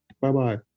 Bye-bye